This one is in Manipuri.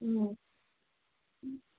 ꯎꯝ